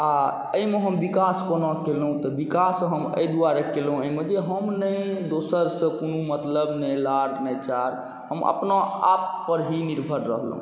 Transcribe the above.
आओर एहिमे हम विकास कोना केलहुँ तऽ विकास हम एहि दुआरे केलहुँ एहिमे जे हम नहि दोसरसँ कोनो मतलब नहि लार नहि चार हम अपना आपपर ही निर्भर रहलहुँ